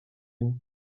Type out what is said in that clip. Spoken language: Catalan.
ell